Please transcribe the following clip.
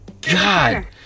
God